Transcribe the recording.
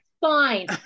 Fine